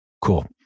Cool